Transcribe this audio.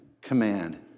command